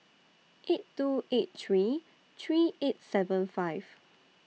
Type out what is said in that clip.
eight two eight three three eight seven five